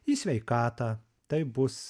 į sveikatą tai bus